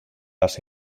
les